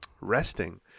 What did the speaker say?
resting